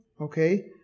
okay